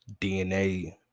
DNA